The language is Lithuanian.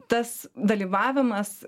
tas dalyvavimas